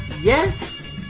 yes